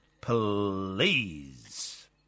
please